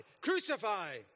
Crucify